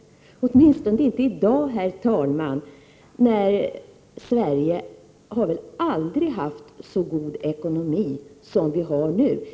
Det borde göra det, åtminstone i dag, herr talman, när Sverige väl aldrig har haft så god ekonomi.